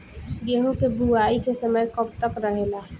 गेहूँ के बुवाई के समय कब तक रहेला?